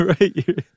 Right